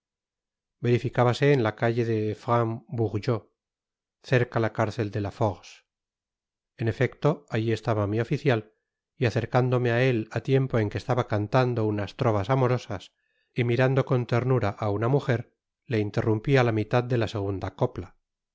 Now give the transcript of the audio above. verificábase en la calle de francs bourgeois cerca la cárcel de la force en efecto alli estaba mi oficial y acercándome á él á tiempo en que estaba cantando unas trovas amorosas y mirando con ternura á una mujer le interrumpi á la mitad de la segunda copla